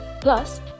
plus